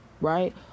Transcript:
right